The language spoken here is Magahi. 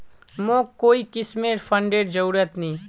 मोक कोई किस्मेर फंडेर जरूरत नी